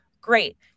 great